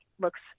Looks